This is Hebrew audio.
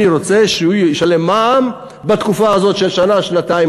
אני רוצה שהוא ישלם מע"מ בתקופה הזאת של שנה-שנתיים,